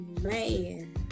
man